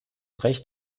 recht